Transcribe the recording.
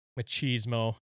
machismo